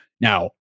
Now